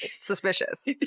suspicious